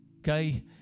okay